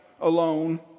alone